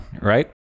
right